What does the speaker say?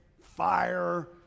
fire